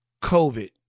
COVID